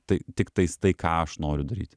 tai tiktais tai ką aš noriu daryt